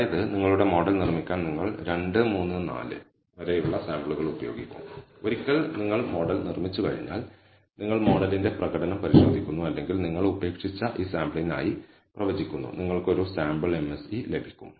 അതായത് നിങ്ങളുടെ മോഡൽ നിർമ്മിക്കാൻ നിങ്ങൾ 2 3 4 വരെയുള്ള സാമ്പിളുകൾ ഉപയോഗിക്കും ഒരിക്കൽ നിങ്ങൾ മോഡൽ നിർമ്മിച്ചുകഴിഞ്ഞാൽ നിങ്ങൾ മോഡലിന്റെ പ്രകടനം പരിശോധിക്കുന്നു അല്ലെങ്കിൽ നിങ്ങൾ ഉപേക്ഷിച്ച ഈ സാമ്പിളിനായി പ്രവചിക്കുന്നു നിങ്ങൾക്ക് ഒരു സാമ്പിൾ MSE ലഭിക്കും